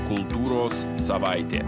kultūros savaitė